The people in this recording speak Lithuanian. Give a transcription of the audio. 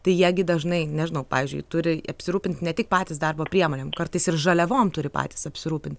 tai jie gi dažnai nežinau pavyzdžiui turi apsirūpint ne tik patys darbo priemonėm kartais ir žaliavom turi patys apsirūpint